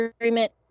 agreement